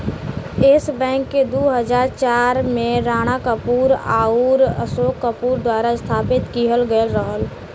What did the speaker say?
yes Bank के दू हज़ार चार में राणा कपूर आउर अशोक कपूर द्वारा स्थापित किहल गयल रहल